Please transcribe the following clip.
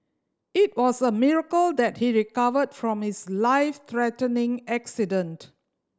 it was a miracle that he recovered from his life threatening accident